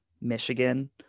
Michigan